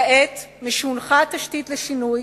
כעת, משהונחה התשתית לשינוי,